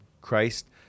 Christ